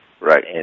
Right